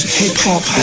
hip-hop